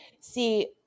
See